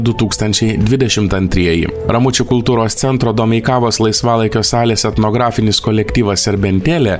du tūkstančiai dvidešimt antrieji ramučių kultūros centro domeikavos laisvalaikio salės etnografinis kolektyvas serbentėlė